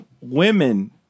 women